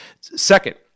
Second